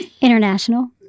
international